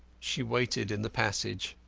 she waited in the passage.